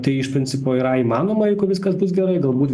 tai iš principo yra įmanoma jeigu viskas bus gerai galbūt